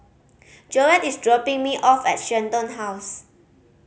Joette is dropping me off at Shenton House